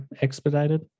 expedited